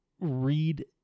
read